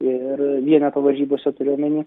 ir vienetų varžybose turiu omeny